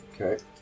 Okay